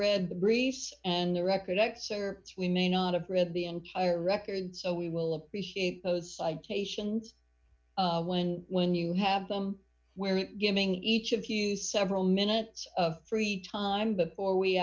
read the briefs and the record excerpts we may not have read the entire record so we will appreciate those patients when when you have them we're giving each of you several minutes of free time before we